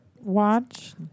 watch